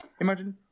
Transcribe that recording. imagine